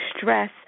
stress